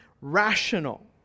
rational